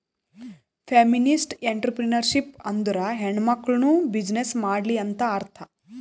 feminist entrepreneurship ಅಂದುರ್ ಹೆಣ್ಮಕುಳ್ನೂ business ಮಾಡ್ಲಿ ಅಂತ್ ಅರ್ಥಾ